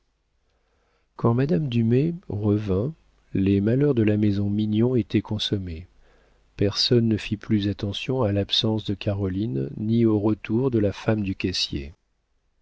madame dumay revint les malheurs de la maison mignon étaient consommés personne ne fit plus attention à l'absence de caroline ni au retour de la femme du caissier